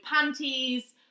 panties